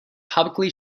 publicly